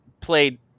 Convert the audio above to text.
played